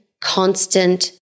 constant